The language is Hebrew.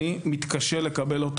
אני מתקשה לקבל את